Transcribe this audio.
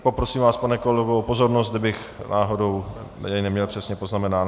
Poprosím vás, pane kolego, o pozornost, kdybych náhodou je neměl přesně poznamenány.